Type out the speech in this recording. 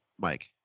mike